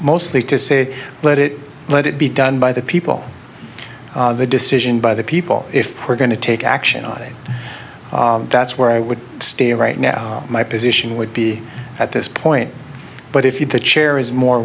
mostly to say let it let it be done by the people the decision by the people if we're going to take action on it that's where i would stay right now my position would be at this point but if the chair is more